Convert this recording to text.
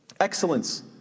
excellence